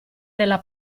nella